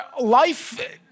life